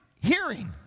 hearing